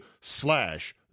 slash